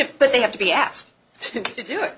if but they have to be asked to do it